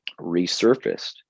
resurfaced